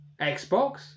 Xbox